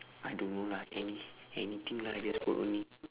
I don't know lah any~ anything lah I just work only